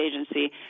Agency